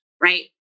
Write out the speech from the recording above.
right